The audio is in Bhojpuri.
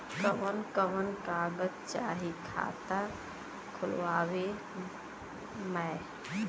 कवन कवन कागज चाही खाता खोलवावे मै?